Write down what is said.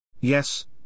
Yes